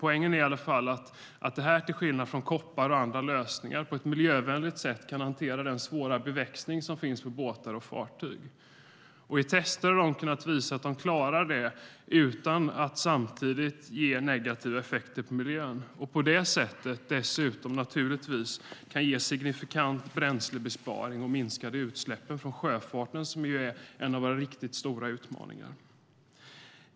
Poängen är i alla fall att det här till skillnad från koppar och andra lösningar på ett miljövänligt sätt kan hantera den svåra beväxning som finns på båtar och fartyg. I tester har de kunnat visa att lösningen klarar detta utan att samtidigt ge negativa effekter på miljön. Man kan dessutom få en signifikant bränslebesparing och minskade utsläpp från sjöfarten, vilket ju är en av våra riktigt stora utmaningar.